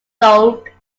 gould